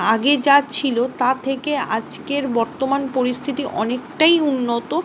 আগে যা ছিলো তা থেকে আজকের বর্তমান পরিস্থিতি অনেকটাই উন্নত